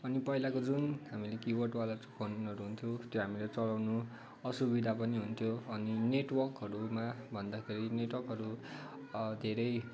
अनि पहिलाको जुन हामीले किबोर्ड वाला फोनहरू हुन्थ्यो त्यो हामीले चलाउनु असुविधा पनि हुन्थ्यो अनि नेटवर्कहरूमा भन्दाखेरि नेटवर्कहरू धेरै